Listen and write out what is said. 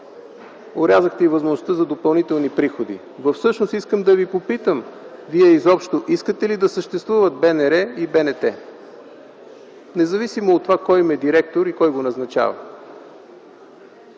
орязахте и възможността за допълнителни приходи. Всъщност, искам да ви попитам: вие искате ли изобщо да съществуват БНР и БНТ, независимо кой им е директор и кой го назначава?!